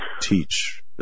teach